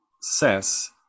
says